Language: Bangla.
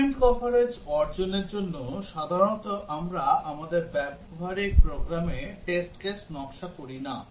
Statement কভারেজ অর্জনের জন্য সাধারণত আমরা আমাদের ব্যবহারিক প্রোগ্রামে টেস্ট কেস নকশা করি না